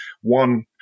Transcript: one